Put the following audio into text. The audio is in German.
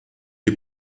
die